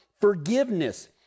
forgiveness